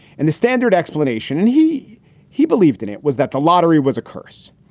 and the standard explanation and he he believed in it was that the lottery was a curse.